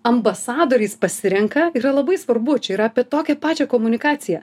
ambasadoriais pasirenka yra labai svarbu čia yra apie tokią pačią komunikaciją